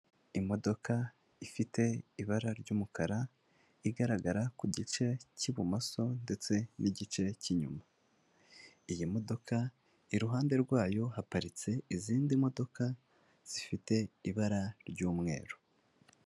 Imodoka ifite ibara ry'umukara, igaragara ku gice cy'ibumoso ndetse n'igice cy'inyuma, iyi modoka iruhande rwayo haparitse izindi modoka zifite ibara ry'umweru.